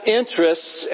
interests